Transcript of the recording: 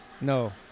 No